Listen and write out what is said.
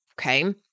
okay